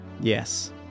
Yes